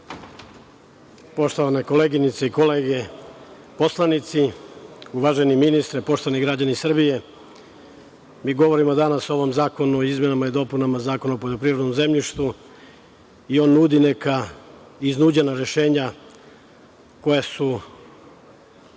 Poštovane koleginice i kolege poslanici, uvaženi ministri, poštovani građani Srbije, mi govorimo danas o ovom zakonu o izmenama i dopunama Zakona o poljoprivrednom zemljištu i on nudi neka iznuđena rešenja koja su